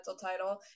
title